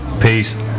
Peace